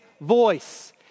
voice